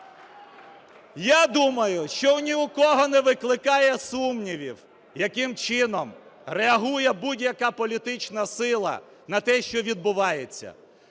Я думаю, що ні в кого не викликає сумнівів, яким чином реагує будь-яка політична сила на те, що відбувається,